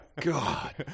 God